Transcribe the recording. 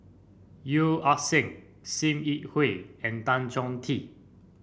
Yeo Ah Seng Sim Yi Hui and Tan Chong Tee